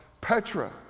Petra